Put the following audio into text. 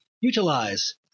utilize